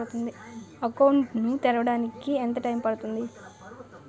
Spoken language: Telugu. అకౌంట్ ను తెరవడానికి ఎంత టైమ్ పడుతుంది?